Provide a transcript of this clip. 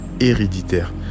héréditaire